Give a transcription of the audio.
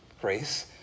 grace